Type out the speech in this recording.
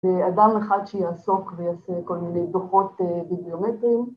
‫לאדם אחד שיעסוק ויעשה ‫כל מיני דוחות ביבליומטריים.